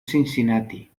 cincinnati